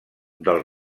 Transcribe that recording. del